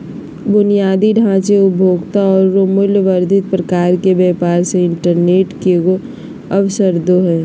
बुनियादी ढांचे, उपभोक्ता औरो मूल्य वर्धित प्रकार के व्यापार मे इंटरनेट केगों अवसरदो हइ